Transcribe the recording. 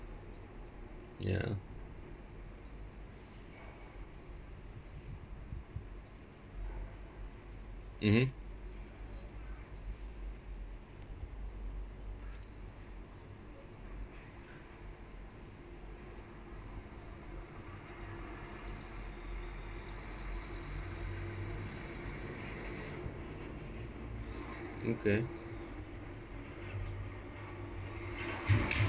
ya mmhmm okay